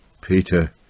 Peter